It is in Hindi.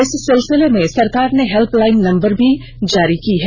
इस सिलसिले में सरकार ने हेल्पलाईन नम्बर भी जारी किये हैं